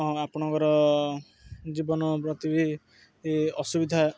ଆପଣଙ୍କର ଜୀବନ ପ୍ରତି ବି ଅସୁବିଧା